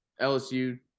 LSU